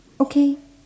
okay